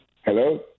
Hello